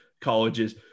colleges